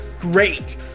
great